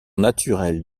naturel